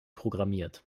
programmiert